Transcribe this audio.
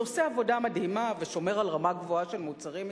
שעושה עבודה מדהימה ושומר על רמה גבוהה של מוצרים ישראליים.